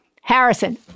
Harrison